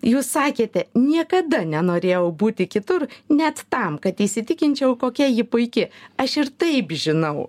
jūs sakėte niekada nenorėjau būti kitur net tam kad įsitikinčiau kokia ji puiki aš ir taip žinau